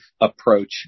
approach